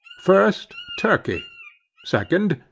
first, turkey second,